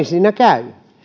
siinä käy